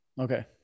okay